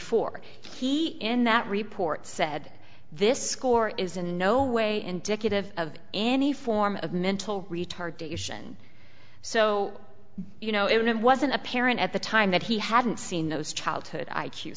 four he in that report said this score is in no way indicative of any form of mental retardation so you know it wasn't apparent at the time that he hadn't seen those childhood i